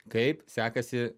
kaip sekasi